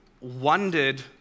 wondered